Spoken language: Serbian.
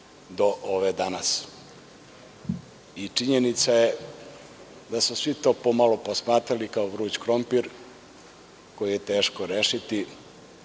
do ove danas. Činjenica je da su svi to pomalo posmatrali kao vruć krompir koji je teško rešiti